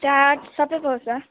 चाट सबै पाउँछ